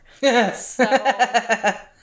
yes